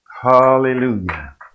Hallelujah